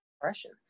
depression